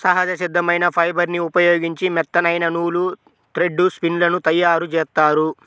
సహజ సిద్ధమైన ఫైబర్ని ఉపయోగించి మెత్తనైన నూలు, థ్రెడ్ స్పిన్ లను తయ్యారుజేత్తారు